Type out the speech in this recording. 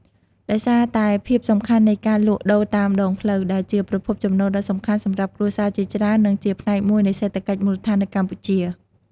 ដោយសារតែភាពសំខាន់នៃការលក់ដូរតាមដងផ្លូវ ដែលជាប្រភពចំណូលដ៏សំខាន់សម្រាប់គ្រួសារជាច្រើន និងជាផ្នែកមួយនៃសេដ្ឋកិច្ចមូលដ្ឋាននៅកម្ពុជា។